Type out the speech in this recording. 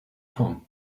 com